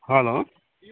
hello